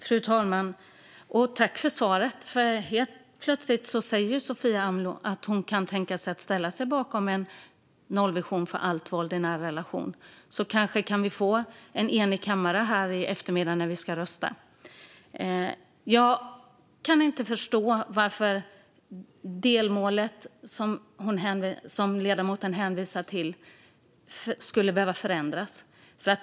Fru talman! Jag tackar för svaret. Helt plötsligt säger Sofia Amloh att hon kan tänka sig att ställa sig bakom en nollvision för allt våld i nära relationer, så kanske kan vi få en enig kammare när vi ska rösta här i eftermiddag. Jag kan inte förstå varför det delmål ledamoten hänvisar till skulle behöva förändras.